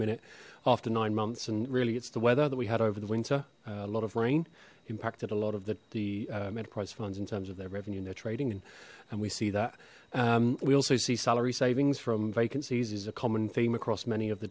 minute after nine months and really it's the weather that we had over the winter a lot of rain impacted a lot of that the enterprise funds in terms of their revenue in their trading and and we see that we also see salary savings from vacancies is a common theme across many of the